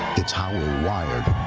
it's how we're wired